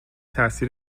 تاثیر